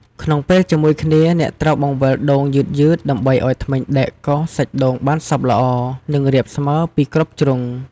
ក្នុងពេលជាមួយគ្នា អ្នកត្រូវបង្វិលដូងយឺតៗ ដើម្បីឱ្យធ្មេញដែកកោសសាច់ដូងបានសព្វល្អ និងរាបស្មើពីគ្រប់ជ្រុង។